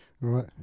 right